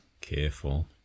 Careful